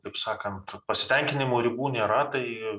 taip sakant pasitenkinimui ribų nėra tai